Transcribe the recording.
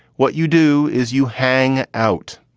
what you do is you hang out,